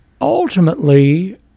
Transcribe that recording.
Ultimately